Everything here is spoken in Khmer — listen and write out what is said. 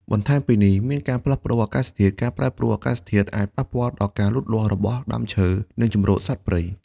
បន្ថែមពីនេះការផ្លាស់ប្តូរអាកាសធាតុ ការប្រែប្រួលអាកាសធាតុអាចប៉ះពាល់ដល់ការលូតលាស់របស់ដើមឈើ និងជម្រកសត្វព្រៃ។